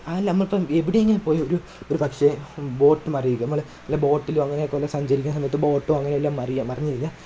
ആല്ലമ്മപ്പം എവിടെയെങ്കിലും പോയി ഒരു ഒരു പക്ഷെ ബോട്ട് മറിയുക നമ്മൾ വല്ല ബോട്ടിലോ അങ്ങനെയൊക്കെ വല്ല സഞ്ചരിക്കുന്ന സമയത്ത് ബോട്ടോ അങ്ങനെ വല്ലതും മറിയുക മറിഞ്ഞ് വീഴുക